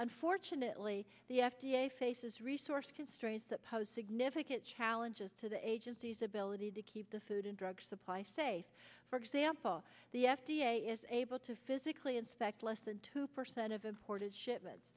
unfortunately the f d a faces resource constraints that pose significant challenges to the agency's ability to keep the food and drug supply safe for example the f d a is able to physically inspect less than two percent of imported shipments